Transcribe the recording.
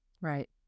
Right